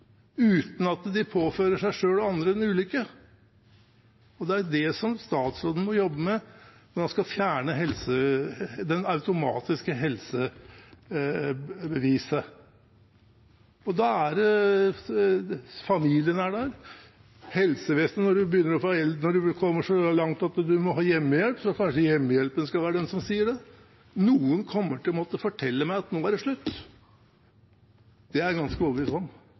uten at de påfører seg selv og andre en ulykke. Det er det statsråden må jobbe med når han skal fjerne det automatiske helsebeviset. Familien er der, og helsevesenet er der. Når du kommer så langt at du må ha hjemmehjelp, er det kanskje hjemmehjelpen som skal si det. Noen kommer til å måtte fortelle meg at nå er det slutt, det er jeg ganske